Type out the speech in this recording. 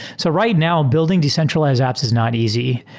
so right now, building decentralized apps is not easy,